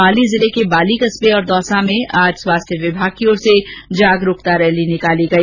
पाली जिले के बाली कस्बे और दौसा में आज स्वास्थ्य विभाग की ओर से जागरूकता रैली निकाली गई